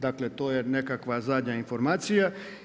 Dakle, to je nekakva zadnja informacija.